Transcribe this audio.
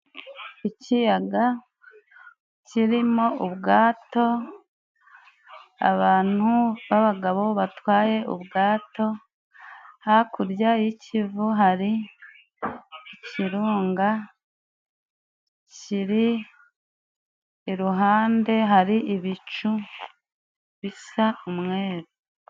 Ikiyaga kirimo ubwato, abantu b'abagabo batwaye ubwato, hakurya y'ikivu hari ikirunga kiri iruhande, hari ibicu bisa umwere.